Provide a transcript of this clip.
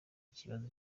ikibazo